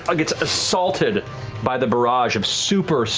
ah gets assaulted by the barrage of super, so